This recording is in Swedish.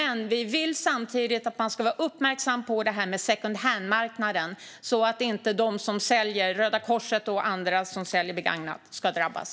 Men vi vill samtidigt att man ska vara uppmärksam på det här med secondhandmarknaden så att Röda Korset och andra som säljer begagnat inte drabbas.